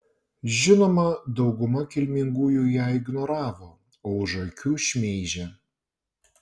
žinoma dauguma kilmingųjų ją ignoravo o už akių šmeižė